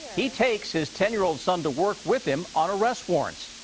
he takes his ten year old son to work with him on arrest warrants.